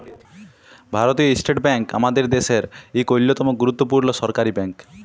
ভারতীয় State Bank আমাদের দ্যাশের ইক অল্যতম গুরুত্তপুর্ল সরকারি ব্যাংক